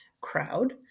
crowd